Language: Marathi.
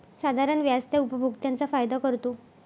साधारण व्याज त्या उपभोक्त्यांचा फायदा करतो